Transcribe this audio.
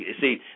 See